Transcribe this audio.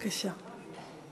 בבקשה.